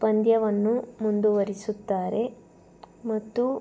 ಪಂದ್ಯವನ್ನು ಮುಂದುವರಿಸುತ್ತಾರೆ ಮತ್ತು